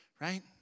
right